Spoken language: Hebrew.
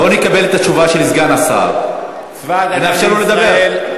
בוא נקבל את התשובה של סגן השר ונאפשר לו לדבר.